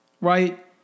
right